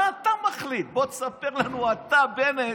מה אתה מחליט, בוא תספר לנו אתה, בנט,